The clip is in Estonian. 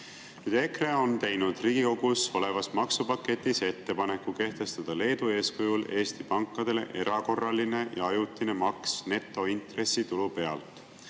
EKRE on teinud Riigikogus oleva maksupaketi kohta ettepaneku kehtestada Leedu eeskujul Eesti pankadele erakorraline ja ajutine maks netointressitulu pealt.